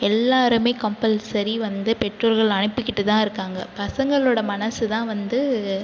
எல்லாருமே கம்ப்பல்சரி வந்து பெற்றோர்கள் அனுப்பிக்கிட்டு தான் இருக்காங்க பசங்களோட மனசு தான் வந்து